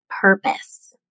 purpose